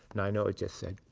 nainoa just said,